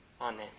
Amen